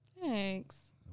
Thanks